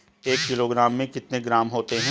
एक किलोग्राम में कितने ग्राम होते हैं?